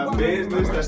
business